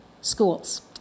schools